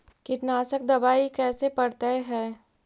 कीटनाशक दबाइ कैसे पड़तै है?